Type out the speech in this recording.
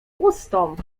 ustąp